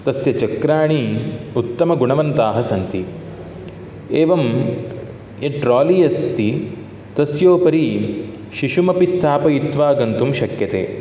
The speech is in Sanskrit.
तस्य चक्राणि उत्तमगुणवन्ताः सन्ति एवं यत् ट्रालि अस्ति तस्योपरि शिशुमपि स्थापयित्वा गन्तुं शक्यते